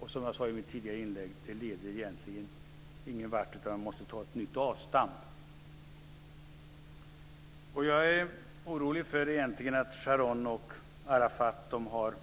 Och som jag sade i mitt tidigare inlägg leder det egentligen ingen vart, utan man måste göra ett nytt avstamp. Jag är orolig för att Sharon och Arafat har